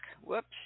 Whoops